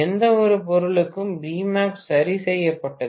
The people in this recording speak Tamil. எந்தவொரு பொருளுக்கும் Bmax சரி செய்யப்பட்டது